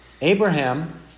Abraham